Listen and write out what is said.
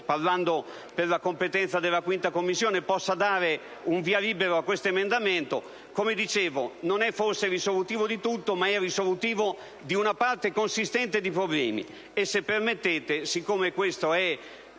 parlando della competenza della 5a Commissione, possa dare un via libera a questo emendamento. Non è forse risolutivo di tutto, ma lo è di una parte consistente di problemi.